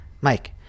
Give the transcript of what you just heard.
Mike